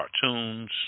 cartoons